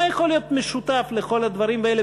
מה יכול להיות משותף לכל הדברים האלה,